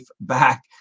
back